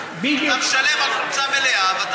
אתה משלם על חולצה מלאה ומקבל חצי.